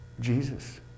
Jesus